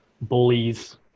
bullies